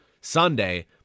Sunday